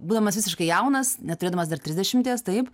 būdamas visiškai jaunas neturėdamas dar trisdešimties taip